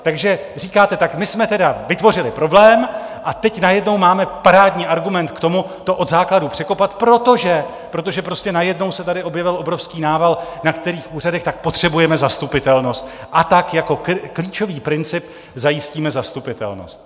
Takže říkáte: My jsme tedy vytvořili problém a teď najednou máme parádní argument k tomu, to od základu překopat, protože najednou se tady objevil obrovský nával na některých úřadech, tak potřebujeme zastupitelnost, a tak jako klíčový princip zajistíme zastupitelnost.